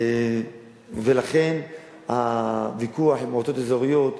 לכן הוויכוח עם המועצות האזוריות,